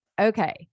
Okay